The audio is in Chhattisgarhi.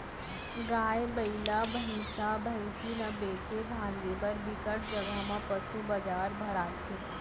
गाय, बइला, भइसा, भइसी ल बेचे भांजे बर बिकट जघा म पसू बजार भराथे